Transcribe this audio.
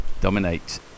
dominate